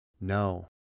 No